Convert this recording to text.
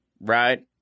right